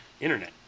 internet